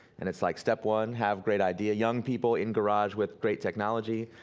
and it's like, step one, have great idea, young people in garage with great technology.